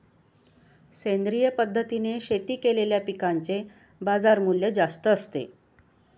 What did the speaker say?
सेंद्रिय पद्धतीने शेती केलेल्या पिकांचे बाजारमूल्य जास्त असते